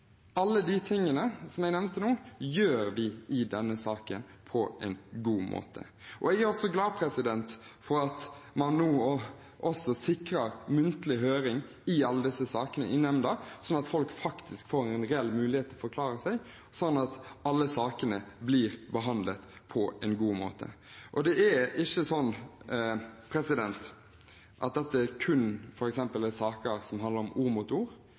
Alle de tingene jeg nevnte nå, gjør vi i denne saken på en god måte. Jeg er også glad for at man nå sikrer muntlig høring i nemnda i alle disse sakene, slik at folk får en reell mulighet til å forklare seg, og alle sakene blir behandlet på en god måte. Det er ikke sånn at dette f.eks. kun er saker som handler om